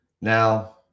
Now